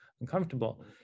uncomfortable